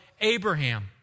Abraham